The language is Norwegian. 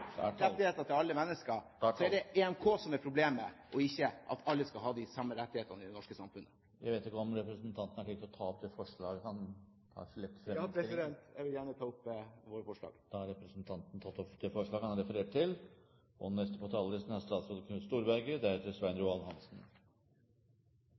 rettigheter til alle mennesker, er det EMK som er problemet, og ikke at alle skal ha de samme rettighetene i det norske samfunnet. Jeg vet ikke om representanten Per-Willy Amundsen har tenkt å ta opp forslaget? Jo, jeg vil gjerne ta opp vårt forslag. Da har representanten Per-Willy Amundsen tatt opp Fremskrittspartiets forslag.